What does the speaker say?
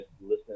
listen